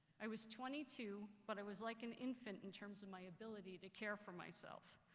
i was twenty two, but i was like an infant in terms of my ability to care for myself.